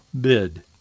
bid